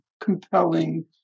compelling